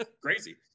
Crazy